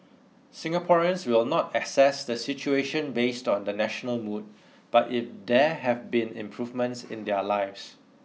Singaporeans will not assess the situation based on the national mood but if there have been improvements in their lives